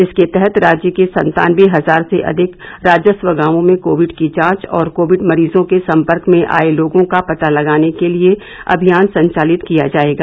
इसके तहत राज्य के सत्तानबे हजार से अधिक राजस्व गांवों में कोविड की जांच और कोविड मरीजों के सम्पर्क में आये लोगों का पता लगाने के लिये अभियान संचालित किया जायेगा